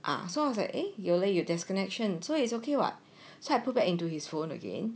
ah so I was like uh 有 leh 有 connection so it's okay [what] can put back into his phone again